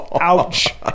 ouch